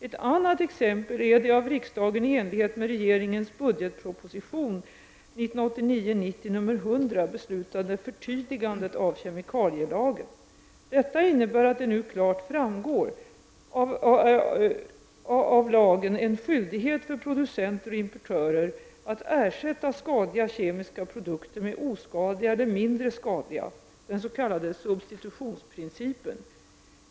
Ett annat exempel är det av riksdagen i enlighet med regeringens budgetproposition 1989/90:100 beslutade förtydligandet av kemikalielagen. Detta innebär att det nu klart framgår av lagen en skyldighet för producenter och importörer att ersätta skadliga kemiska produkter med oskadliga eller mindre skadliga, den s.k. substitutionsprincipen.